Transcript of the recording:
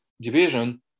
Division